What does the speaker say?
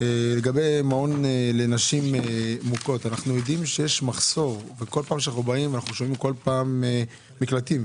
לגבי מעון לנשים מוכות אנחנו יודעים שיש מחסור במיטות במקלטים.